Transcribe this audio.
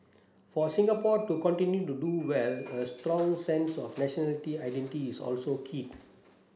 for Singapore to continue to do well a strong sense of nationality identity is also key